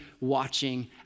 watching